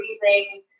breathing